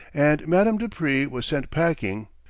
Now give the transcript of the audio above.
and madame de prie was sent packing.